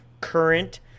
current